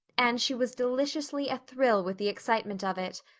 and she was deliciously athrill with the excitement of it.